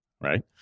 right